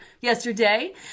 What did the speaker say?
yesterday